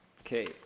Okay